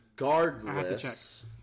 Regardless